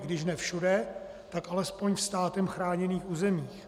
Když ne všude, tak alespoň ve státem chráněných územích.